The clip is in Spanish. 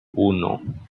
uno